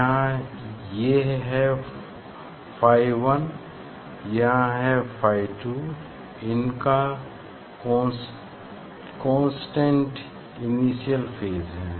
यहाँ ये है फाई वन यहाँ है फाई टू इनका कांस्टेंट इनिशियल फेज हैं